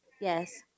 Yes